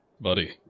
Buddy